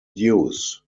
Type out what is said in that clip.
use